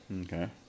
Okay